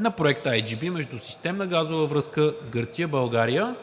на проекта IGB (Междусистемна газова връзка Гърция – България),